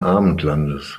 abendlandes